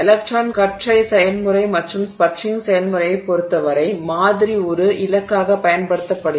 electron கற்றை செயல்முறை மற்றும் ஸ்பட்டரிங் செயல்முறையைப் பொறுத்தவரை பதக்கூறு மாதிரி ஒரு இலக்காகப் பயன்படுத்தப்படுகிறது